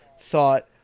thought